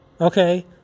Okay